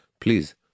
Please